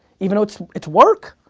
even though it's it's work.